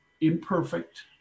imperfect